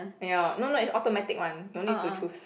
ya no no is automatic one no need to choose